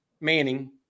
Manning